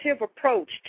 approach